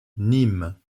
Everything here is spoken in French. nîmes